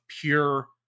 pure